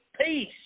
peace